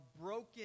broken